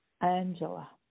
Angela